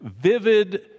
vivid